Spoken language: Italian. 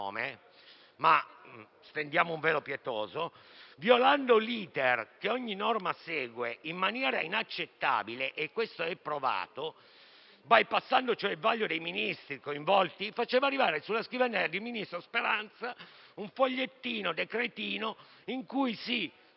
ma stendiamo un velo pietoso, violando l'*iter* che ogni norma segue, in maniera inaccettabile - e questo è provato - bypassando cioè il vaglio dei Ministri coinvolti, faceva arrivare sulla scrivania del ministro Speranza un fogliettino, un "decretino" in cui si metteva